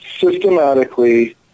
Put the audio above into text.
systematically